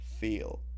feel